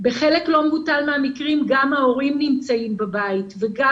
בחלק לא מבוטל מהמקרים גם ההורים נמצאים בבית וגם